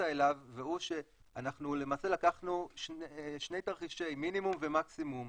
אליו והוא שאנחנו למעשה לקחנו שני תרחישי מינימום ומקסימום.